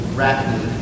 rapidly